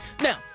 Now